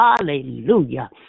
Hallelujah